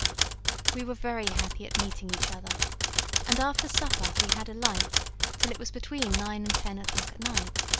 we were very happy at meeting each other and after supper we had a light till it was between nine and ten o'clock at night.